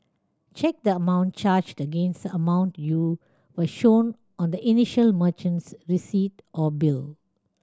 check the amount charged against the amount you were shown on the initial merchant's receipt or bill